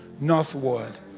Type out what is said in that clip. northward